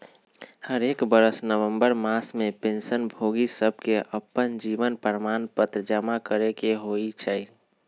हरेक बरस नवंबर मास में पेंशन भोगि सभके अप्पन जीवन प्रमाण पत्र जमा करेके होइ छइ